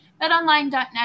Betonline.net